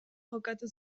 jokatu